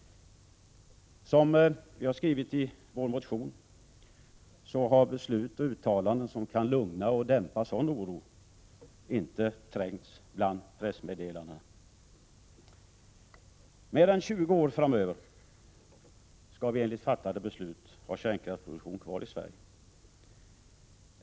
Som vi har skrivit i vår motion har beslut och uttalanden som kan lugna och dämpa sådan oro inte trängts bland pressmeddelandena. Mer än 20 år framöver skall vi enligt fattade beslut ha kärnkraftsproduktion kvar i Sverige.